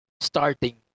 starting